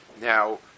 Now